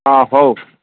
ହଁ ହଉ